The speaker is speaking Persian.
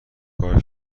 کار